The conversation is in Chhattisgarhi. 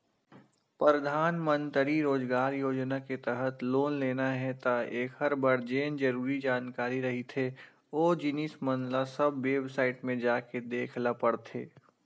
परधानमंतरी रोजगार योजना के तहत लोन लेना हे त एखर बर जेन जरुरी जानकारी रहिथे ओ जिनिस मन ल सब बेबसाईट म जाके देख ल परथे